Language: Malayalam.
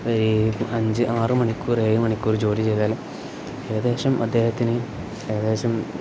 ഈ അഞ്ച് ആറ് മണിക്കൂർ ഏഴ് മണിക്കൂറ് ജോലി ചെയ്താലും ഏകദേശം അദ്ദേഹത്തിന് ഏകദേശം